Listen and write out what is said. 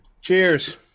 Cheers